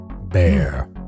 bear